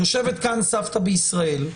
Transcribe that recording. יושבת כאן סבתא בישראל,